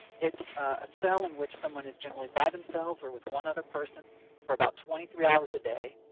it's a cell in which someone is generally by themselves or with one other person for about twenty three hours a day,